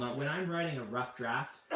when i'm writing a rough draft,